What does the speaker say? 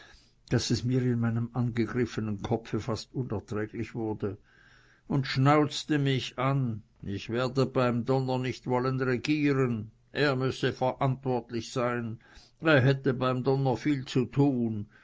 daß es mir in meinem angegriffenen kopfe fast unerträglich wurde und schnauzte mich an ich werde b d nicht wollen regieren er müsse verantwortlich sein er hätte b d viel zu tun